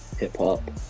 hip-hop